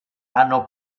hanno